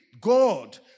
God